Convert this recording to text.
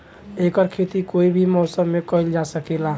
एकर खेती कोई भी मौसम मे कइल जा सके ला